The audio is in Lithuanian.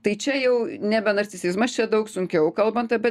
tai čia jau nebe narcisizmas čia daug sunkiau kalbant apie